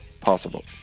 possible